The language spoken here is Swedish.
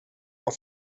vad